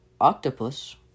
octopus